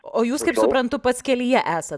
o jūs kaip suprantu pats kelyje esat